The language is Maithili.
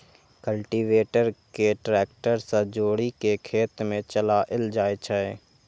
कल्टीवेटर कें ट्रैक्टर सं जोड़ि कें खेत मे चलाएल जाइ छै